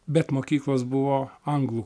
bet mokyklos buvo anglų